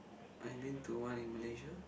I been to one in Malaysia